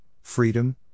Freedom